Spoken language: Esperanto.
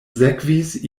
sekvis